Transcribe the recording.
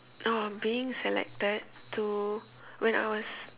oh being selected to when I was